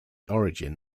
origin